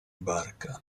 barca